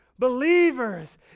Believers